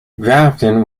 grafton